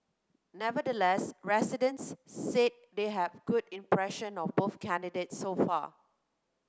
nevertheless residents said they have good impression of both candidates so far